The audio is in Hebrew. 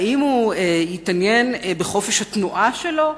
האם הוא יתעניין בחופש הביטוי שלו?